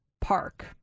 Park